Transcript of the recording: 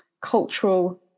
cultural